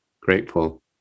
grateful